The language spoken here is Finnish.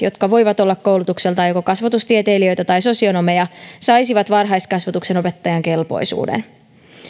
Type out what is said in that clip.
jotka voivat olla koulutukseltaan joko kasvatustieteilijöitä tai sosionomeja saisivat varhaiskasvatuksen opettajan kelpoisuuden